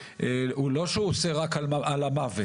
לא שהוא אוסר רק על המוות,